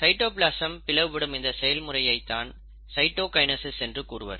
cytoplasm பிளவுபடும் இந்த செயல்முறையை தான் சைட்டோகைனசிஸ் என்று கூறுவர்